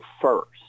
first